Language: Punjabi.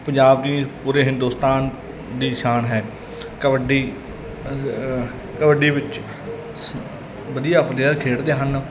ਪੰਜਾਬ ਦੀ ਪੂਰੇ ਹਿੰਦੁਸਤਾਨ ਦੀ ਸ਼ਾਨ ਹੈ ਕਬੱਡੀ ਕਬੱਡੀ ਵਿੱਚ ਵਧੀਆ ਹੁੰਦੇ ਆ ਖੇਡਦੇ ਹਨ